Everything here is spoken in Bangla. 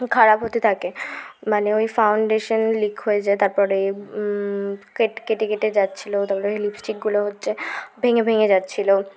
খারাপ হতে থাকে মানে ওই ফাউন্ডেশান লিক হয়ে যায় তারপরে কেট কেটে কেটে যাচ্ছিলো তারপরে ওই লিপস্টিকগুলো হচ্ছে ভেঙে ভেঙে যাচ্ছিলো